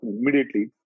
immediately